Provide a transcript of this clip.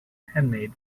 handmade